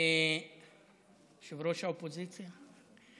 יושב-ראש האופוזיציה,